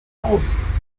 aus